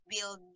build